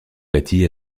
bâti